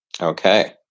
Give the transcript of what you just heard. Okay